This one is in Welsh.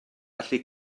allu